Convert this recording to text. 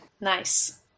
Nice